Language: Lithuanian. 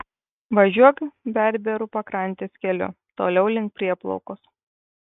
važiuok berberų pakrantės keliu toliau link prieplaukos